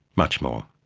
much more,